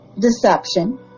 Deception